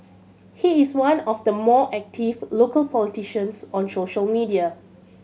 he is one of the more active local politicians on social media